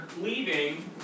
leaving